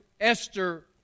Esther